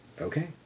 Okay